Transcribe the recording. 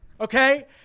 okay